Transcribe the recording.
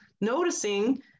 noticing